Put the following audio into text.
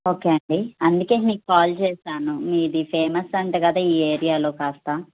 okay అండి అందుకని మీకు కాల్ చేసాను మీది ఫేమస్ అంట కదా ఈ ఏరియాలో కాస్త